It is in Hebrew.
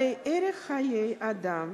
הרי ערך חיי אדם